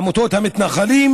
עמותות המתנחלים,